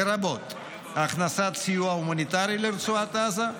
לרבות הכנסת סיוע הומניטרי לרצועת עזה,